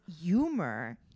humor